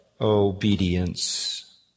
obedience